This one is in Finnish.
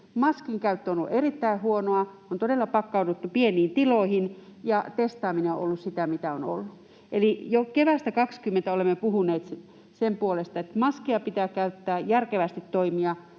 Maskin käyttö on ollut erittäin huonoa. On todella pakkauduttu pieniin tiloihin, ja testaaminen on ollut sitä, mitä on ollut. Eli jo keväästä 20 olemme puhuneet sen puolesta, että maskia pitää käyttää, järkevästi toimia